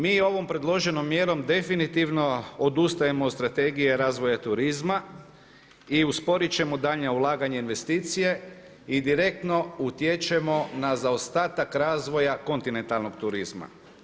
Mi ovom predloženom mjerom definitivno odustajemo od Strategije razvoja turizma i usporit ćemo daljnja ulaganja i investicije i direktno utječemo na zaostatak razvoja kontinentalnog turizma.